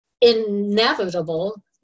inevitable